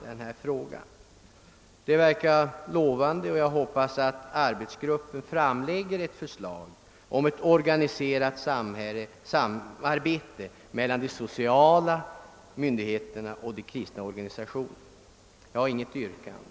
Det verkar lovande, och jag hoppas att arbetsgruppen framlägger förslag om ett organiserat samarbete mellan de sociala myndigheterna och de kristna organisationerna. Jag har, herr talman, inget yrkande.